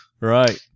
Right